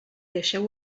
deixeu